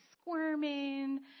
squirming